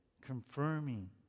confirming